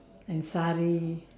and sari